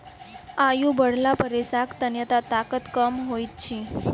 आयु बढ़ला पर रेशाक तन्यता ताकत कम होइत अछि